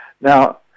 Now